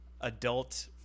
adult